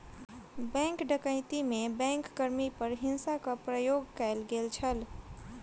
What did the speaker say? bank डकैती में bank कर्मी पर हिंसाक प्रयोग कयल गेल छल